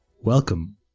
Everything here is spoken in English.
Welcome